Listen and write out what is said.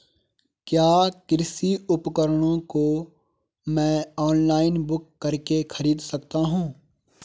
क्या कृषि उपकरणों को मैं ऑनलाइन बुक करके खरीद सकता हूँ?